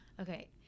Okay